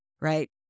right